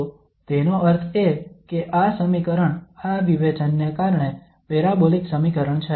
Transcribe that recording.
તો તેનો અર્થ એ કે આ સમીકરણ આ વિવેચન ને કારણે પેરાબોલિક સમીકરણ છે